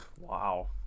Wow